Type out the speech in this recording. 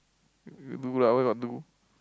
you you do lah what you want do